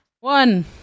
one